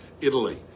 Italy